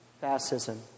fascism